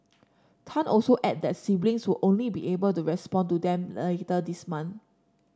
Tan also added that siblings would only be able to respond to them later this month